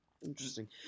Interesting